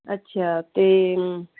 ਅੱਛਾ ਅਤੇ